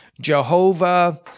Jehovah